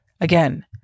Again